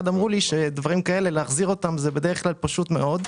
אמרו לי שדברים כאלה להחזיר אותם זה בדרך כלל פשוט מאוד,